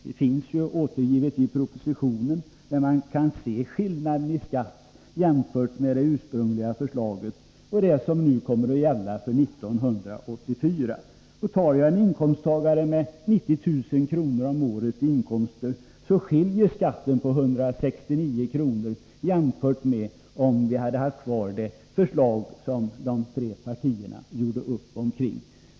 Det finns återgivet i propositionen, där man kan se skillnaden i skatt mellan det ursprungliga förslaget och det som nu kommer att gälla för 1984. Tar jag en inkomsttagare med 90 000 kr. om året, skiljer skatten 169 kr. jämfört med om vi hade haft kvar det förslag som de tre partierna gjorde upp omkring.